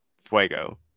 Fuego